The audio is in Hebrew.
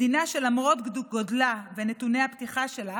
מדינה שלמרות גודלה ונתוני הפתיחה שלה